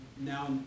now